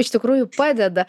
iš tikrųjų padeda